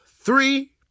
three